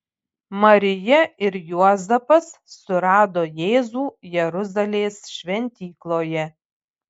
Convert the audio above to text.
marija ir juozapas surado jėzų jeruzalės šventykloje